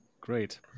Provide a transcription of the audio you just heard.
great